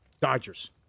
Dodgers